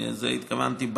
לזה התכוונתי,